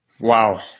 Wow